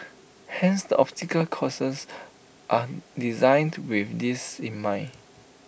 hence the obstacle courses are designed with this in mind